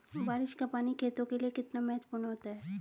बारिश का पानी खेतों के लिये कितना महत्वपूर्ण होता है?